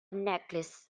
necklace